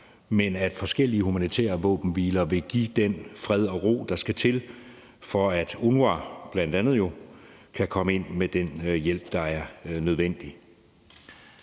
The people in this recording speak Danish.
men forskellige humanitære våbenhviler vil give den fred og ro, der skal til, for at bl.a. UNRWA kan komme ind med den hjælp, der er nødvendig.